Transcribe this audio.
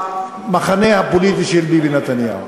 מהמחנה הפוליטי של ביבי נתניהו.